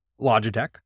Logitech